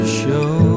show